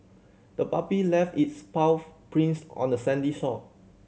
the puppy left its paw prints on the sandy shore